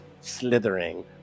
slithering